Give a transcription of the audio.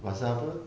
for example